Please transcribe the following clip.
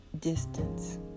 distance